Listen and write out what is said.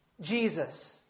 Jesus